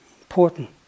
important